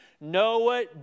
Noah